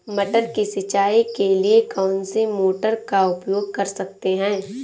मटर की सिंचाई के लिए कौन सी मोटर का उपयोग कर सकते हैं?